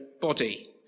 body